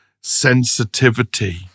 sensitivity